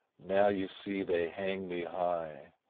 now, you see, they hang me high,